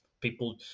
people